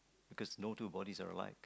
cause no two bodies are alike